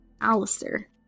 Alistair